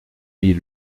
mille